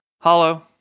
Hollow